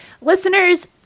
Listeners